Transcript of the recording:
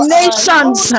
nations